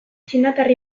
txinatar